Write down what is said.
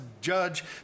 judge